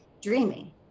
dreaming